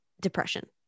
depression